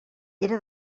era